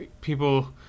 People